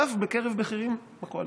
ואף בקרב בכירים בקואליציה.